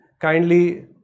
kindly